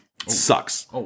sucks